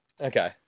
Okay